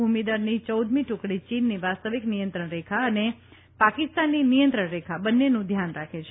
ભૂમિદળની ચૌદમી ટુકડી ચીનની વાસ્તવિક નિયંત્રણરેખા અને પાકિસ્તાનની નિયંત્રણ રેખા બંનેનું ધ્યાન રાખે છે